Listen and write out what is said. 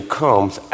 comes